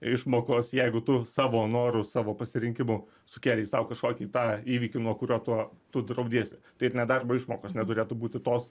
išmokos jeigu tu savo noru savo pasirinkimu sukėlei sau kažkokį tą įvykį nuo kurio tu tu draudiesi tai ir nedarbo išmokos neturėtų būti tos